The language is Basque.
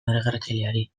migratzaileari